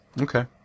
Okay